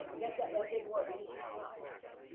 but guess that that didn't work. he just stopped.